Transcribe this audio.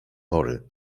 pory